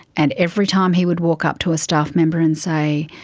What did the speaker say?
and every time he would walk up to a staff member and say,